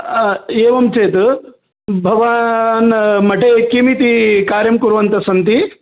एवं चेत् भवान् मठे किमिति कार्यं कुर्वन्तःसन्ति